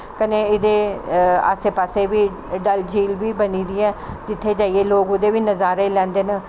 कन्नै एह्दे आस्सै पास्सै बी डल झील बी बनी दी ऐ जित्थें जाइयै लोक ओह्दे बी नज़ारे लैंदे न